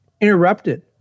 interrupted